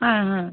হ্যাঁ হ্যাঁ